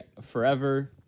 Forever